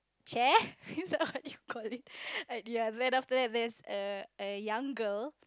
chair is that what you call it and yeah then that there is a a young girl